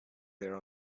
there